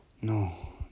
no